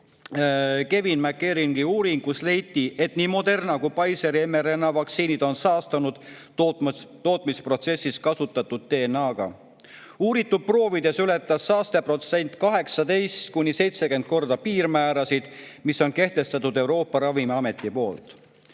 Kevin McKernani uuring, kus leiti, et nii Moderna kui Pfizeri mRNA‑vaktsiinid on saastunud tootmisprotsessis kasutatud DNA‑ga. Uuritud proovides ületas saasteprotsent 18–70 korda piirmäärasid, mis on kehtestatud Euroopa Ravimiameti poolt.